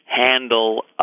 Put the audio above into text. handle